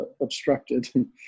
obstructed